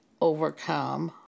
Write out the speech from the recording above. overcome